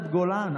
חברת הכנסת גולן,